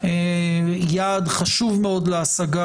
יעד חשוב מאוד להשגה,